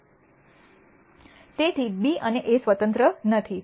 તેથી બી અને એ સ્વતંત્ર નથી